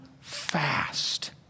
fast